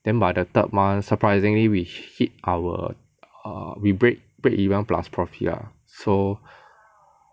then by the third month surprisingly we hit our err we break break even plus profit lah so